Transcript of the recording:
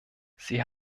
sie